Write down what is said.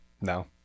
No